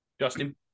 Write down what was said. Justin